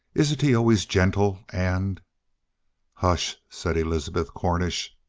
isn't he always gentle and hush! said elizabeth cornish.